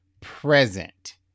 present